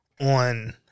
on